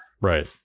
right